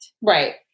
Right